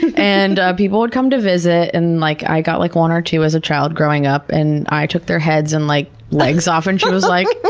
and and people would come to visit and like i got like one or two as a child growing up and i took their heads and like legs off and she was like, but